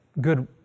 good